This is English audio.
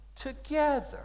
together